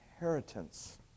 inheritance